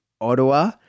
ottawa